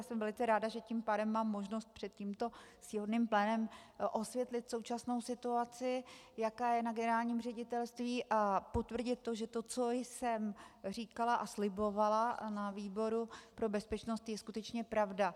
Jsem velice ráda, protože tím pádem mám možnost před tímto ctihodným plénem osvětlit současnou situaci, jaká je na generálním ředitelství, a potvrdit to, že to, co jsem říkala a slibovala na výboru pro bezpečnost, je skutečně pravda.